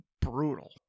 brutal